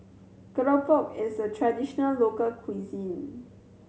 keropok is a traditional local cuisine